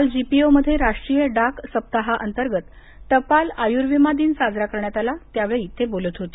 काल जीपीओ मध्ये राष्ट्रीय डाक सप्ताहा अंतर्गत टपाल आयुर्विमा दिन साजरा करण्यात आला त्यावेळी ते बोलत होते